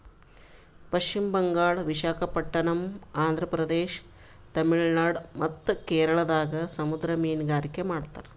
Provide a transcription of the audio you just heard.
ಪಶ್ಚಿಮ್ ಬಂಗಾಳ್, ವಿಶಾಖಪಟ್ಟಣಮ್, ಆಂಧ್ರ ಪ್ರದೇಶ, ತಮಿಳುನಾಡ್ ಮತ್ತ್ ಕೇರಳದಾಗ್ ಸಮುದ್ರ ಮೀನ್ಗಾರಿಕೆ ಮಾಡ್ತಾರ